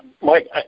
Mike